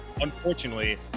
unfortunately